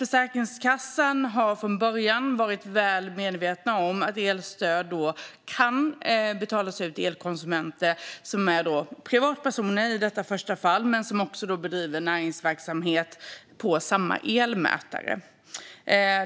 Försäkringskassan har från början varit väl medveten om att elstöd kan betalas ut till elkonsumenter som är privatpersoner men som också bedriver näringsverksamhet på samma elmätare.